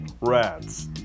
Rats